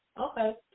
okay